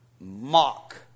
mock